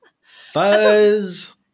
fuzz